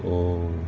哦